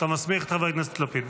אתה מסמיך את חבר הכנסת לפיד.